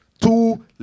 two